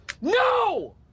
no